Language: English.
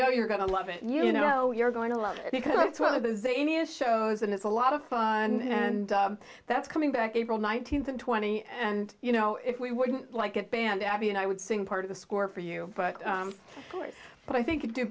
know you're going to love it you know you're going to love it because it's one of the zaniest shows and it's a lot of fun and that's coming back april nineteenth and twenty and you know if we wouldn't like it band abbey and i would sing part of the score for you please but i think you'd do